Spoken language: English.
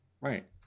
right